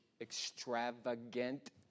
extravagant